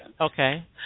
Okay